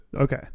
Okay